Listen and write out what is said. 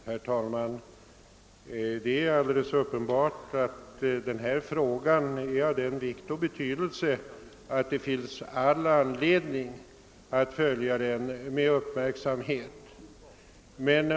Herr talman! Det är alldeles uppenbart att denna fråga är av sådan vikt att det finns all anledning att följa den med uppmärksamhet.